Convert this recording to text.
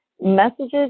messages